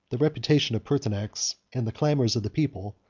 the reputation of pertinax, and the clamors of the people,